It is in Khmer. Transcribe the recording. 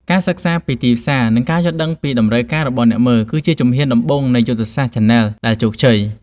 ការសិក្សាពីទីផ្សារ និងការយល់ដឹងពីតម្រូវការរបស់អ្នកមើល គឺជាជំហានដំបូងនៃយុទ្ធសាស្ត្រឆានែលដែលជោគជ័យ។